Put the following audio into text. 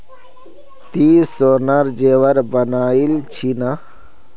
ती सोनार जेवर बनइल छि न